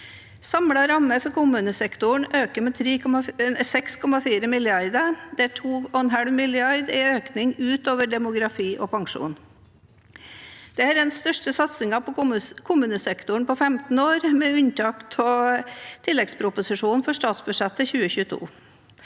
Samlet ramme for kommunesektoren øker med 6,4 mrd. kr, hvor 2,5 mrd. kr er økning utover demografi og pensjon. Dette er den største satsingen på kommunesektoren på 15 år, med unntak av tilleggsproposisjonen for statsbudsjettet 2022.